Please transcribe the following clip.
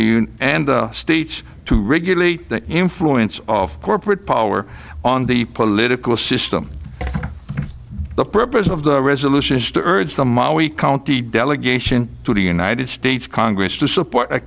the and the states to regulate the influence of corporate power on the political system the purpose of the resolution is to urge the ma we county delegation to the united states congress to support a